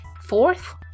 Fourth